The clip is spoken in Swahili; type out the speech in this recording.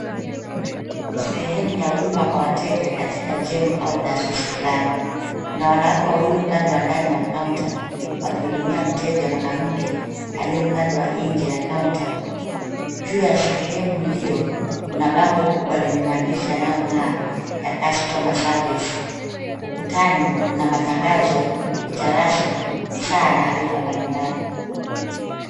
Sehemu ya huduma Kwa wateja katika jengo au taasisi fulani. Kuna wanawake wawili upande wa ndani wa counter wakihudumia mteja mwanamke aliye upande wa nje ya counter .Juu ya sehemu hiyo, kuna bango kubwa lenye maandishi yanayong'aa ya customer service .Ukutani kuna matangazo, picha rasmi, saa na arifa mbalimbali.